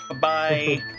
Bye